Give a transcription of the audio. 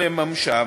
ולממשם.